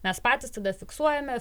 mes patys tada fiksuojame